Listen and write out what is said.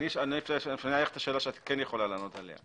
אני אשאל שאלה שאת כן יכולה לענות עליה.